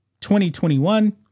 2021